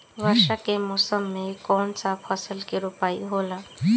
वर्षा के मौसम में कौन सा फसल के रोपाई होला?